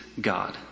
God